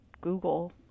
Google